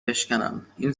بشکنم، این